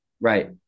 Right